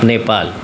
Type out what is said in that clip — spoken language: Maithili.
नेपाल